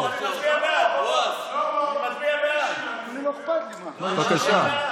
אנחנו לא מדברים, בבקשה.